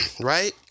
right